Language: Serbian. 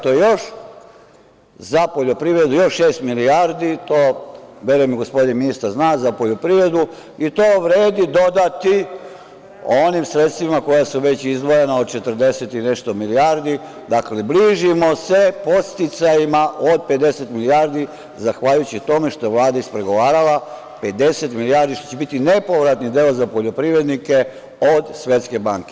To je još za poljoprivredu, još šest milijardi, verujem da gospodin ministar to zna, za poljoprivredu i to vredi dodati onim sredstvima koja su već izdvojena od 40 i nešto milijardi, dakle bližimo se podsticajima od 50 milijardi zahvaljujući tome što je Vlada ispregovarala, 50 milijardi što će biti nepovratni deo za poljoprivrednike od Svetske banke.